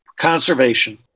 conservation